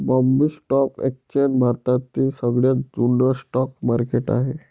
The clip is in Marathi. बॉम्बे स्टॉक एक्सचेंज भारतातील सगळ्यात जुन स्टॉक मार्केट आहे